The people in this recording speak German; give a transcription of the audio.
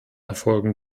erfolgen